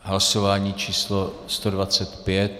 Hlasování číslo 125.